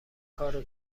کارو